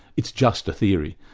it's just a theory.